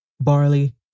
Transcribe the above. barley